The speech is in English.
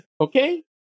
Okay